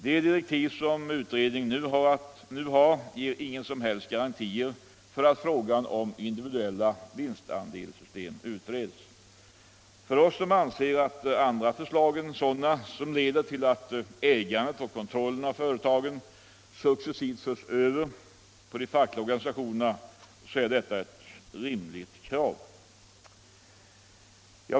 De direktiv som utredningen nu har ger inga som helst garantier för att frågan om individuella vinstandelssystem utreds. För oss som anser att andra förslag än sådana som leder till att ägandet och kontrollen av företagen successivt förs över på de fackliga organisationerna är detta ett rimligt krav.